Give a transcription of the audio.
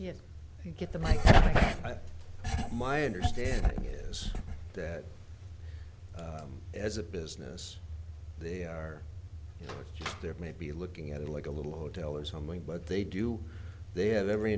get the money my understanding is that as a business they are there maybe looking at it like a little hotel or something but they do they have every